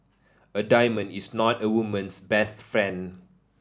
a diamond is not a woman's best friend